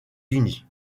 unis